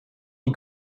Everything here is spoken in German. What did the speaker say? die